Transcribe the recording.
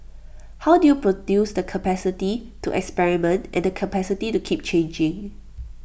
how do you produce the capacity to experiment and the capacity to keep changing